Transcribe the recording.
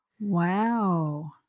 Wow